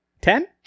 ten